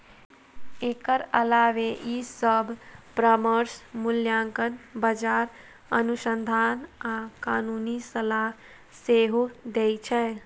एकर अलावे ई सभ परामर्श, मूल्यांकन, बाजार अनुसंधान आ कानूनी सलाह सेहो दै छै